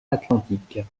atlantique